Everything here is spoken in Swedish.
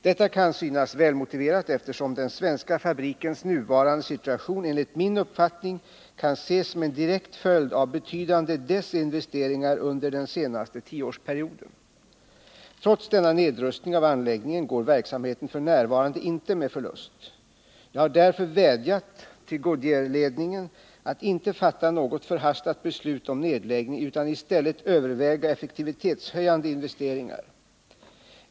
Detta kan synas välmotiverat, eftersom den svenska fabrikens nuvarande situation enligt min uppfattning kan ses som en direkt följd av betydande desinvesteringar under den senaste tioårsperioden. Trots denna nedrustning av anläggningen går verksamheten f.n. inte med förlust. Jag har därför vädjat till Goodyearledningen att inte fatta något förhastat beslut om nedläggning utan i stället överväga effektivitetshöjande investeringar.